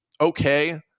okay